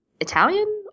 Italian